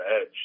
edge